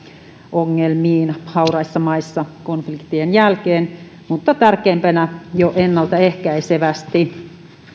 ongelmiin hauraissa maissa konfliktien jälkeen mutta mitä tärkeintä jo ennaltaehkäisevästi